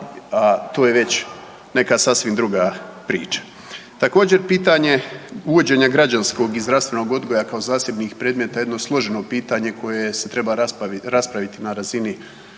to je već neka sasvim druga priča. Također pitanje uvođenja građanskog i zdravstvenog odgoja kao zasebnih predmeta jedno složeno pitanje koje se treba raspraviti na razini